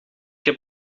heb